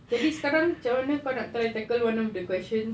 jadi sekarang macam mana kau nak try tackle one of the questions